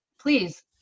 please